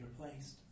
replaced